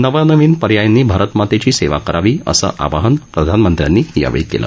नवनविन पर्यायांनी भारत मातेची सेवा करावी असं आवाहन प्रधानमंत्र्यांनी यावेळी केलं